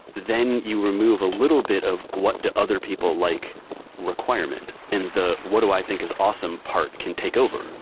then you remove a little bit of what do other people like requirement, and the what do i think is awesome part can take over.